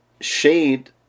shade